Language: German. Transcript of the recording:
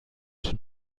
schon